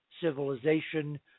civilization